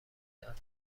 داد